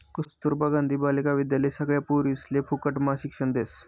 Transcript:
कस्तूरबा गांधी बालिका विद्यालय सगळ्या पोरिसले फुकटम्हा शिक्षण देस